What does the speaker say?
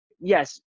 yes